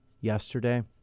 yesterday